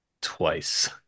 twice